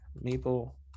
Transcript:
maple